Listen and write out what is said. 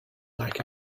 lack